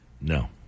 No